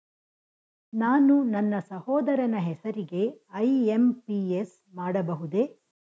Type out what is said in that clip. ನಾನು ನನ್ನ ಸಹೋದರನ ಹೆಸರಿಗೆ ಐ.ಎಂ.ಪಿ.ಎಸ್ ಮಾಡಬಹುದೇ?